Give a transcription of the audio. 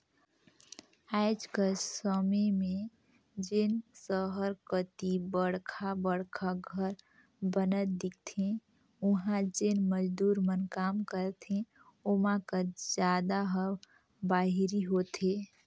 आएज कर समे में जेन सहर कती बड़खा बड़खा घर बनत दिखथें उहां जेन मजदूर मन काम करथे ओमा कर जादा ह बाहिरी होथे